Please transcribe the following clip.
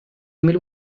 mil